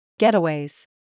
Getaways